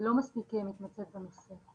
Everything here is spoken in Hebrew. לא מספיק מתמצאת בנושא.